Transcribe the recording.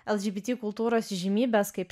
lgbt kultūros įžymybės kaip